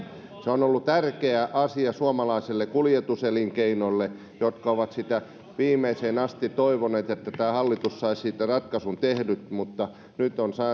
se on ollut tärkeä asia suomalaiselle kuljetuselinkeinolle joka on viimeiseen asti toivonut että tämä hallitus saisi siitä ratkaisun tehtyä mutta nyt on